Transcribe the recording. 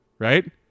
Right